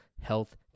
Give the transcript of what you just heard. health